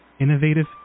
innovative